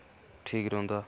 ठीक रौंह्दा